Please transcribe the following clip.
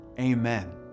Amen